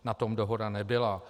Na tom dohoda nebyla.